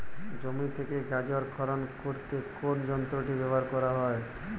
জমি থেকে গাজর খনন করতে কোন যন্ত্রটি ব্যবহার করা হয়?